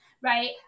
Right